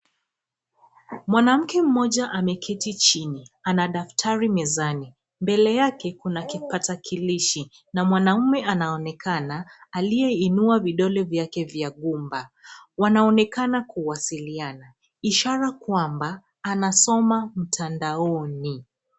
Mwanamke mmoja ameketi chini. Ana daftari mezani. Mbele yake kuna kipakatalishi, na mwanaume anaonekana aliyeinua vidole vyake vya gumba. Wanaonekana kuwasiliana, ishara kwamba anasoma mtandaoni.